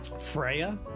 Freya